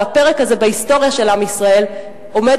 והפרק הזה בהיסטוריה של עם ישראל עומד